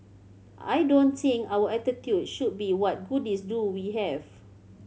I don't think our attitude should be what goodies do we have